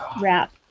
wrap